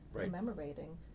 commemorating